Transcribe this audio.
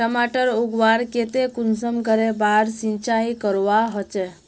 टमाटर उगवार केते कुंसम करे बार सिंचाई करवा होचए?